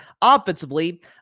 offensively